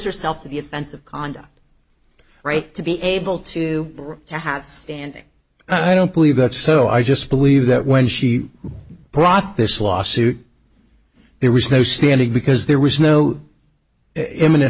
yourself to the offensive conduct right to be able to to have standing i don't believe that so i just believe that when she brought this lawsuit there was no standing because there was no imminent